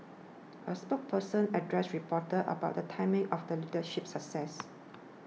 a spokesperson addressed reporters about the timing of the leadership success